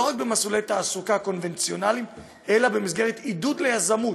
ולא רק במסלולי תעסוקה קונבנציונליים אלא במסגרת עידוד ליזמות,